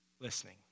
listening